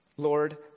Lord